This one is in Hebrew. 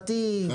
בתים.